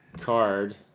card